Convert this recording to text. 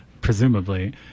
presumably